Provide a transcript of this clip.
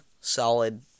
solid